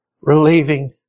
relieving